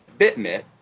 BitMit